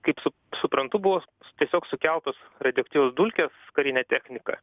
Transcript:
kaip sup suprantu buvo tiesiog sukeltos radioaktyvios dulkės su karine technika